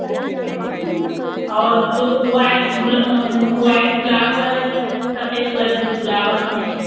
अच्छा और जो व्हाइट गुल व्हाइट गुलाब वाले जो हैं सफेद कलर के जो गुलाब आते हैं